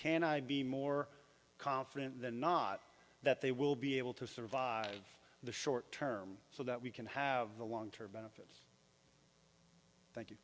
i be more confident than not that they will be able to survive the short term so that we can have the long term benefits thank you